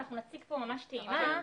נציג פה ממש טעימה.